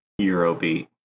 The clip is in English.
Eurobeat